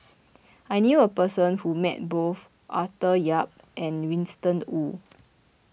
I knew a person who met both Arthur Yap and Winston Oh